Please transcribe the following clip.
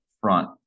front